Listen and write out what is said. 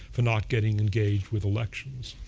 for not getting engaged with elections,